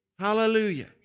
Hallelujah